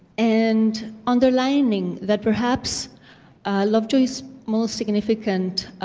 and underlining that perhaps lovejoy's most significant